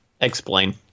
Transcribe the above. Explain